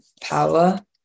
power